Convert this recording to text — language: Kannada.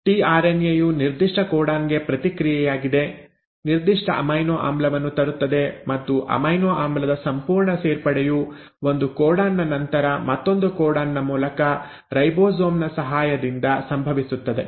ಟಿಆರ್ಎನ್ಎ ಯು ನಿರ್ದಿಷ್ಟ ಕೋಡಾನ್ ಗೆ ಪ್ರತಿಕ್ರಿಯೆಯಾಗಿ ನಿರ್ದಿಷ್ಟ ಅಮೈನೊ ಆಮ್ಲವನ್ನು ತರುತ್ತದೆ ಮತ್ತು ಅಮೈನೊ ಆಮ್ಲದ ಸಂಪೂರ್ಣ ಸೇರ್ಪಡೆಯು ಒಂದು ಕೋಡಾನ್ ನ ನಂತರ ಮತ್ತೊಂದು ಕೋಡಾನ್ ನ ಮೂಲಕ ರೈಬೋಸೋಮ್ ನ ಸಹಾಯದಿಂದ ಸಂಭವಿಸುತ್ತದೆ